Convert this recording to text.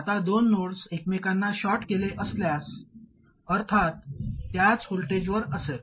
आता दोन नोड्स एकमेकांना शॉर्ट केले असल्यास अर्थात त्याच व्होल्टेजवर असेल